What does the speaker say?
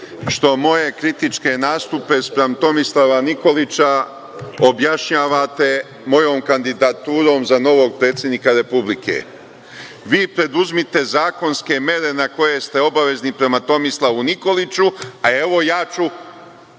što moje kritičke nastupe naspram Tomislava Nikolića objašnjavate mojom kandidaturom za novog predsednika Republike. Vi preduzmite zakonske mere na koje ste obavezni prema Tomislavu Nikoliću, a ja ću